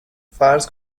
فرض